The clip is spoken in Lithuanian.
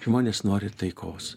žmonės nori taikos